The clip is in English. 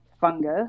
fungus